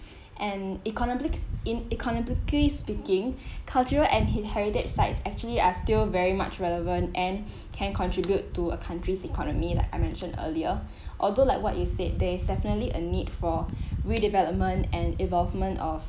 and economi~ in economically speaking cultural and heritage sites actually are still very much relevant and can contribute to a country's economy like I mentioned earlier although like what you said there is definitely a need for redevelopment and involvement of